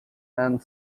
and